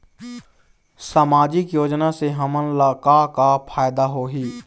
सामाजिक योजना से हमन ला का का फायदा होही?